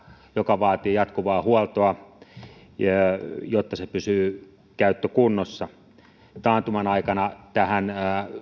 joka vaatii jatkuvaa huoltoa jotta se pysyy käyttökunnossa taantuman aikana tähän